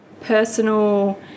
personal